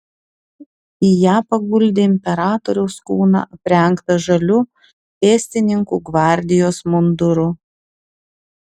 į ją paguldė imperatoriaus kūną aprengtą žaliu pėstininkų gvardijos munduru